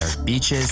מבצע,